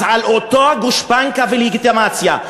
אז על אותה גושפנקה ולגיטימציה,